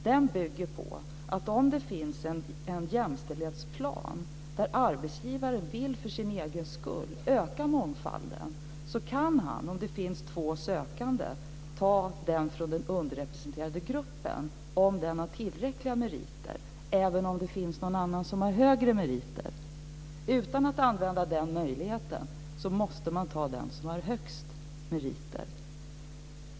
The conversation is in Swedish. Den bygger på att om det finns en jämställdhetsplan, där arbetsgivaren för sin egen skull vill öka mångfalden, kan han om det finns två sökande ta den från den underrepresenterade gruppen om den har tillräckliga meriter även om det finns någon annan med högre meriter. Utan att använda den möjligheten måste man ta den som har högst meriter.